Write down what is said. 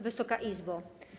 Wysoka Izbo!